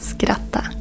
Skratta